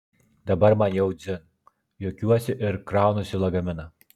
dabar man jau dzin juokiuosi ir kraunuosi lagaminą